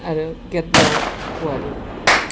आरो गेतब्लाव औवारि